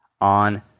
on